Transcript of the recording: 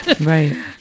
right